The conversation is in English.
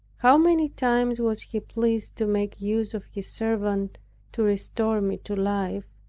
how many times was he pleased to make use of his servant to restore me to life,